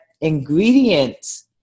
ingredients